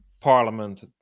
parliament